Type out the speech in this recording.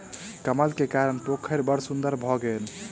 कमल के कारण पोखैर बड़ सुन्दर भअ गेल